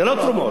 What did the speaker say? זה לא תרומות.